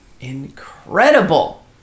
incredible